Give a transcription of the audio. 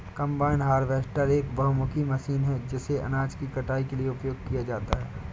combine harvester एक बहुमुखी machine है जिसे अनाज की कटाई के लिए उपयोग किया जाता है